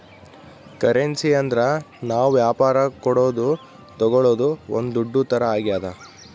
currency ಅಂದ್ರ ನಾವ್ ವ್ಯಾಪರಕ್ ಕೊಡೋದು ತಾಗೊಳೋದು ಒಂದ್ ದುಡ್ಡು ತರ ಆಗ್ಯಾದ